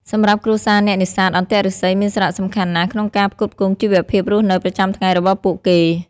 សម្រាប់គ្រួសារអ្នកនេសាទ អន្ទាក់ឫស្សីមានសារៈសំខាន់ណាស់ក្នុងការផ្គត់ផ្គង់ជីវភាពរស់នៅប្រចាំថ្ងៃរបស់ពួកគេ។